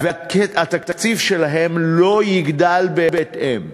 והתקציב שלהם לא יגדל בהתאם.